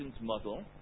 model